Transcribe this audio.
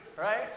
right